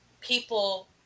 people